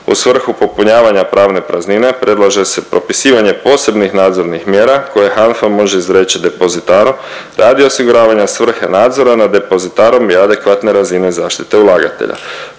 U svrhu popunjavanja pravne praznine, predlaže se propisivanje posebnih nadzornih mjera koje HANFA može izreći depozitaru radi osiguravanja svrhe nadzora nad depozitarom i adekvatne zaštite ulagatelja.